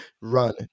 run